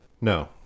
No